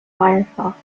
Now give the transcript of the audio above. firefox